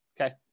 Okay